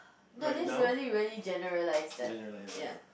no just really really generalised ah ya